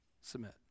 submit